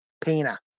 Pena